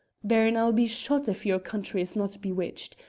baron, i'll be shot if your country is not bewitched.